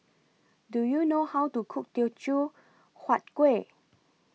Do YOU know How to Cook Teochew Huat Kuih